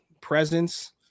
presence